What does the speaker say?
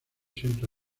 siempre